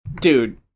dude